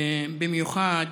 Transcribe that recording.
במיוחד